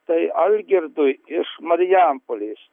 tai algirdui iš marijampolės